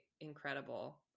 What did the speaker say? incredible